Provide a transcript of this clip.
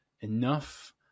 Enough